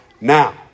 now